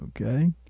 Okay